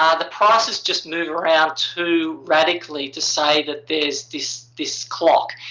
ah the prices just move around too radically to say that there's this this clock.